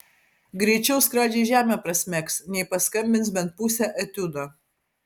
greičiau skradžiai žemę prasmegs nei paskambins bent pusę etiudo